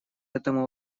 этому